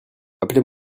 appelez